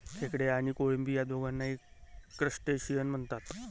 खेकडे आणि कोळंबी या दोघांनाही क्रस्टेशियन म्हणतात